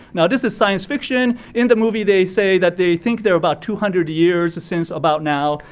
now, this is science fiction. in the movie, they say that they think they're about two hundred years since about now.